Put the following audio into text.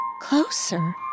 closer